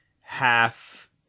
half